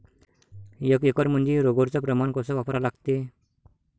एक एकरमंदी रोगर च प्रमान कस वापरा लागते?